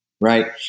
Right